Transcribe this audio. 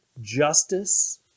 justice